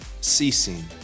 ceasing